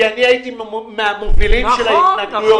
כי אני הייתי מהמובילים של ההתנגדויות.